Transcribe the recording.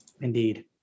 Indeed